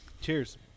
Cheers